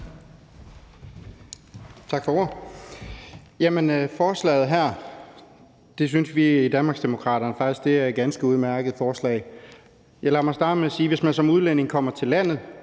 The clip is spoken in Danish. Tak for ordet.